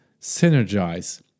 Synergize